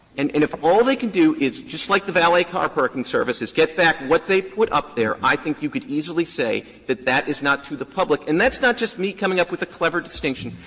and and if all they can do is, just like the valet car parking service, is get back what they put up there, i think you could easily say that that is not to the public. and that is not just me coming up with a clever distinction.